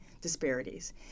disparities